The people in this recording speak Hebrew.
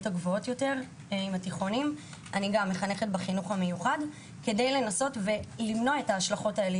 הגבוהות יותר בתיכונים כדי לנסות למנוע את ההשלכות האלה,